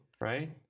right